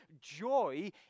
joy